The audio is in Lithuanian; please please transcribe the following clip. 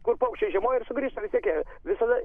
kur paukščiai žiemoja ir sugrįžta vis tiek jie visada